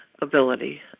ability